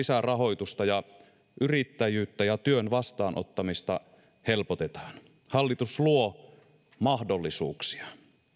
saa lisää rahoitusta ja yrittäjyyttä ja työn vastaanottamista helpotetaan hallitus luo mahdollisuuksia